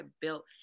built